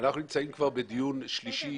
אנחנו נמצאים כבר בדיון שלישי